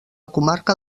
comarca